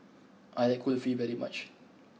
I like Kulfi very much